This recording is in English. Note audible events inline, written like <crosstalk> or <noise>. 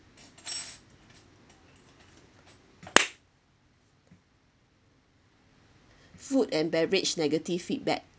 <noise> food and beverage negative feedback